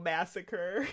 Massacre